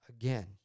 again